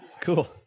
Cool